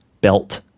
belt